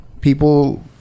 people